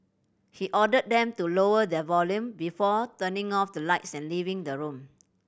he ordered them to lower their volume before turning off the lights and leaving the room